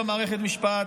יש בה מערכת משפט,